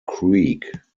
creek